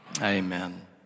Amen